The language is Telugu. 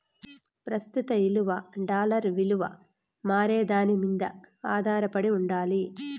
ప్రస్తుత ఇలువ డాలర్ ఇలువ మారేదాని మింద ఆదారపడి ఉండాలి